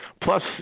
Plus